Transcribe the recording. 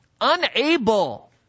unable